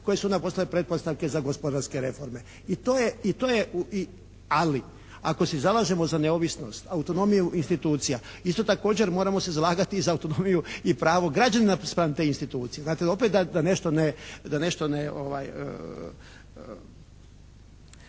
koje su onda postale pretpostavke za gospodarske reforme. I to je, i to je i, ali ako se zalažemo za neovisnost, autonomiju institucija isto također moramo se zalagati i za autonomiju i pravo građanina spram te institucije. Znate opet da, da nešto ne,